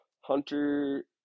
hunter